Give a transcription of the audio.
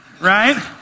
right